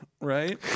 right